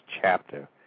chapter